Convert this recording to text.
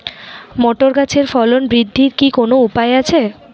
Motor গাছের ফলন বৃদ্ধির কি কোনো উপায় আছে?